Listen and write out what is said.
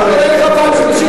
מה זה אתה קורא אותי לסדר?